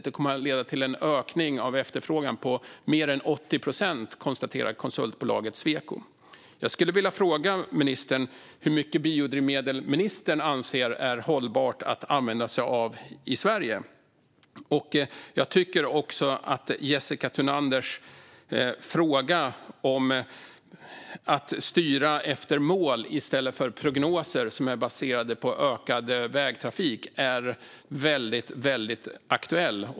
Detta kommer att leda till en ökning av efterfrågan på mer än 80 procent, konstaterar konsultbolaget Sweco. Jag skulle vilja fråga ministern hur mycket biodrivmedel han anser vara hållbart att använda sig av i Sverige. Jag tycker för övrigt att Jessica Thunanders fråga om att styra efter mål i stället för efter prognoser som är baserade på ökad vägtrafik är väldigt aktuell.